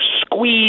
squeeze